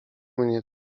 mnie